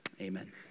amen